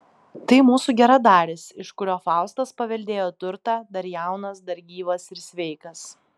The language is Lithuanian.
tai mūsų geradaris iš kurio faustas paveldėjo turtą dar jaunas dar gyvas ir sveikas